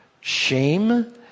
shame